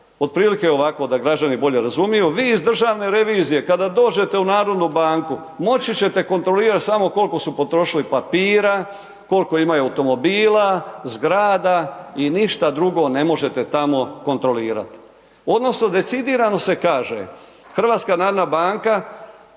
otprilike ovako da građani bolje razumiju, vi iz državne revizije kada dođete u Narodnu banku moći ćete kontrolirati samo koliko su potrošili papira, koliko imaju automobila, zgrada i ništa drugo ne možete tamo kontrolirati. Odnosno decidirano se kaže HNB koristiti